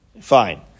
Fine